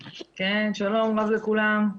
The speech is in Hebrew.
כן, שלום לכולם.